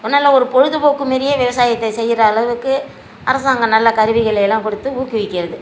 முன்னெல்லாம் பொழுதுபோக்கு மாரியே விவசாயத்தை செய்கிற அளவுக்கு அரசாங்கம் நல்ல கருவிகளையெல்லாம் கொடுத்து ஊக்குவிக்கிறது